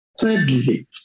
Thirdly